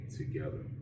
together